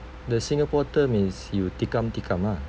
the singapore term is you tikam tikam ah